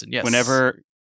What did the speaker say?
whenever